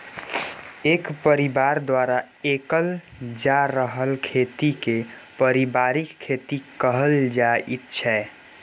एक परिबार द्वारा कएल जा रहल खेती केँ परिबारिक खेती कहल जाइत छै